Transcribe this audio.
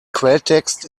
quelltext